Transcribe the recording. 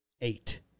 Eight